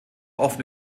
offen